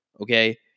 Okay